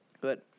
Good